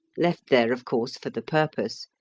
left there, of course, for the purpose,